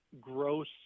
gross